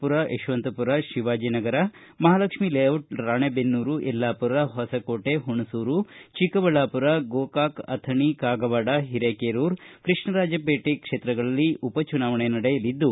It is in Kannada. ಪುರ ಯಶವಂತಪುರ ಶಿವಾಜಿನಗರ ಮಹಾಲಕ್ಷ್ಮಿ ಲೇಔಟ್ ರಾಣೆಬೆನ್ನೂರು ಯಲ್ಲಾಪುರ ಹೊಸಕೋಟೆ ಹುಣಸೂರು ಚಿಕ್ಕಬಳ್ಳಾಪುರ ಗೋಕಾಕ್ ಅಥಣಿ ಕಾಗವಾಡ ಹಿರೇಕೆರೂರು ಕೃಷ್ಣರಾಜಪೇಟೆ ಕ್ಷೇತ್ರಗಳಲ್ಲಿ ಉಪಚುನಾವಣೆ ನಡೆಯಲಿದ್ದು